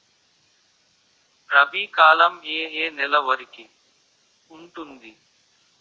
రబీ కాలం ఏ ఏ నెల వరికి ఉంటుంది?